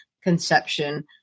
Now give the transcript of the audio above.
conception